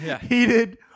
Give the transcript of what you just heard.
heated